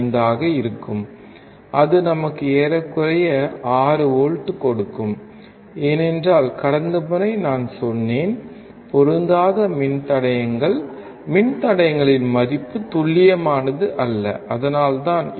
5 ஆக இருக்கும் அது நமக்கு ஏறக்குறைய 6 வோல்ட் கொடுக்கும் ஏனென்றால் கடந்த முறை நான் சொன்னேன் பொருந்தாத மின்தடையங்கள் மின்தடையங்களின் மதிப்பு துல்லியமானது அல்ல அதனால்தான்